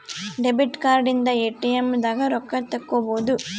debit card ಇಂದ ATM ದಾಗ ರೊಕ್ಕ ತೆಕ್ಕೊಬೋದು